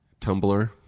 Tumblr